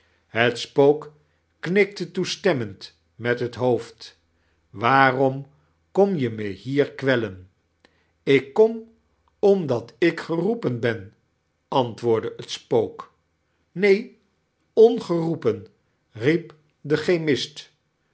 het spook kirw'kte toestemmend met het hoofd waarom kom je me hier kwellem ik kom omdait ik geiroepen ben antwoordde het spook neen ongeroepen riep de chemiist